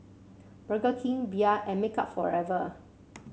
Burger King Bia and Makeup Forever